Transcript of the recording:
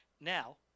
now